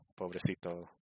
pobrecito